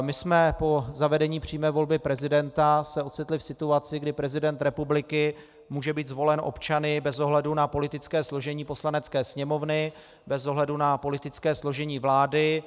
My jsme se po zavedení přímé volby prezidenta ocitli v situaci, kdy prezident republiky může být zvolen občany bez ohledu na politické složení Poslanecké sněmovny, bez ohledu na politické složení vlády.